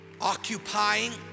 Occupying